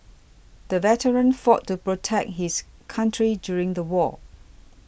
the veteran fought to protect his country during the war